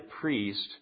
priest